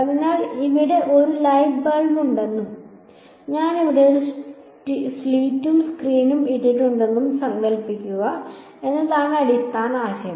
അതിനാൽ ഇവിടെ ഒരു ലൈറ്റ് ബൾബ് ഉണ്ടെന്നും ഞാൻ ഇവിടെ ഒരു സ്ലിറ്റും സ്ക്രീനും ഇട്ടിട്ടുണ്ടെന്നും സങ്കൽപ്പിക്കുക എന്നതാണ് അടിസ്ഥാന ആശയം